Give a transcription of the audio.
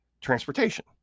transportation